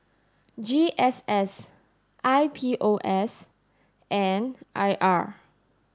G S S I P O S and I R